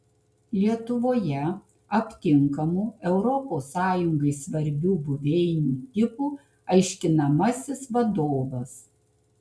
lietuvoje aptinkamų europos sąjungai svarbių buveinių tipų aiškinamasis vadovas